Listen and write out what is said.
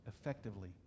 effectively